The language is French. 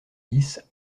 dix